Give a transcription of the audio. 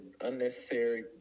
unnecessary